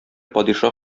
падиша